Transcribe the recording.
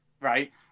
Right